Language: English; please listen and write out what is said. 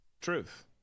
Truth